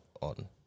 on